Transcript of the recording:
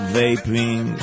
vaping